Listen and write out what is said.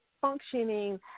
functioning